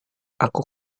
aku